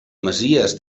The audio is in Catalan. masies